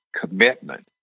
commitment